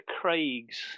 Craig's